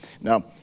Now